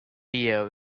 you